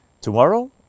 Tomorrow